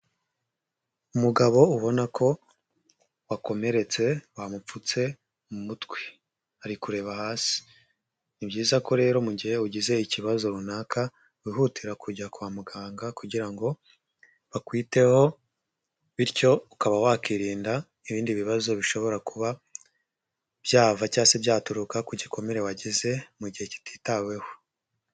Umugabo ubona ko akomeretse, bamupfutse mu mutwe. Ari kureba hasi. Ni byiza ko rero mu gihe ugize ikibazo runaka, wihutira kujya kwa muganga kugira ngo, bakwiteho bityo ukaba wakirinda ibindi bibazo bishobora kuba byava cyangwa se byaturuka ku gikomere wagize mu gihe kititaweho.